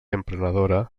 emprenedora